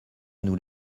nous